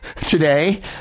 Today